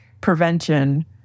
prevention